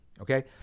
Okay